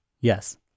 yes